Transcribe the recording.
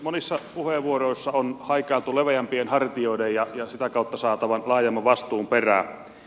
monissa puheenvuoroissa on haikailtu leveämpien hartioiden ja niiden kautta saatavan laajemman vastuun perään